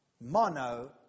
mono